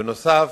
בנוסף,